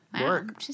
Work